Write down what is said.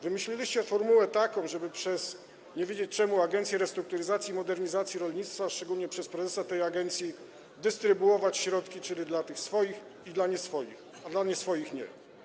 Wymyśliliście formułę taką, żeby przez, nie wiadomo czemu, Agencję Restrukturyzacji i Modernizacji Rolnictwa, a szczególnie przez prezesa tej agencji, dystrybuować środki, czyli dla tych swoich i dla nieswoich, dla nieswoich nie.